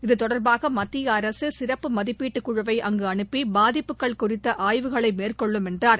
இது தொடர்பாக மத்திய அரசு சிறப்பு மதிப்பீட்டுக் குழுவை அங்கு அனுப்பி பாதிப்புகள் குறித்த ஆய்வுகளை மேற்கொள்ளும் என்றார்